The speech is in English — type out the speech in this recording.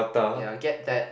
ya get that